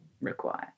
require